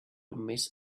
miss